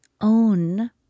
own